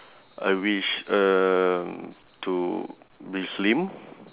I wish um to be slim